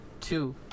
two